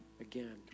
again